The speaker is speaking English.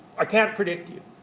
i can't predict you.